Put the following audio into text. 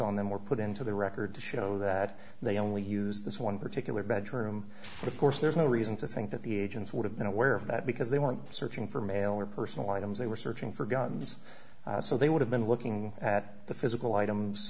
on them or put into the record to show that they only use this one particular bedroom of course there's no reason to think that the agents would have been aware of that because they weren't searching for mail or personal items they were searching for guns so they would have been looking at the physical items